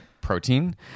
protein